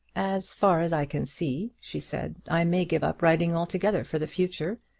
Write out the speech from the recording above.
as far as i can see, she said, i may give up writing altogether for the future,